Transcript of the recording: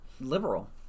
liberal